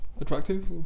Attractive